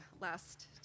last